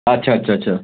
আচ্ছা আচ্ছা আচ্ছা